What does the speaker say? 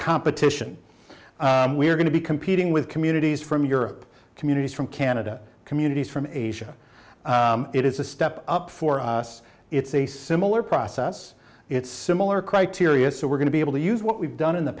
competition we're going to be competing with communities from europe communities from canada communities from asia it is a step up for us it's a similar process it's similar criteria so we're going to be able to use what we've done in the